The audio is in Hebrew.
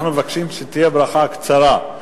אנחנו מבקשים שתהיה ברכה קצרה.